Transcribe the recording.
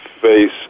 face